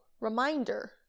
reminder